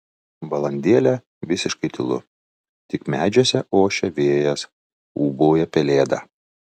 valandėlę visiškai tylu tik medžiuose ošia vėjas ūbauja pelėda